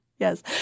Yes